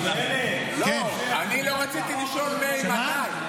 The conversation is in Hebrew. כי זה --- אני לא רציתי לשאול מאימתי.